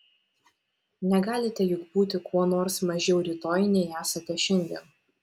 negalite juk būti kuo nors mažiau rytoj nei esate šiandien